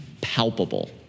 Palpable